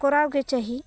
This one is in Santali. ᱠᱚᱨᱟᱣ ᱜᱮ ᱪᱟᱹᱦᱤ